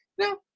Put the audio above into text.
no